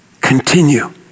Continue